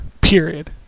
Period